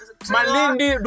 Malindi